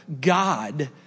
God